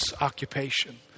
occupation